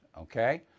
Okay